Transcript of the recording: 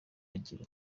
agira